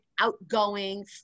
outgoing